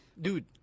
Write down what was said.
dude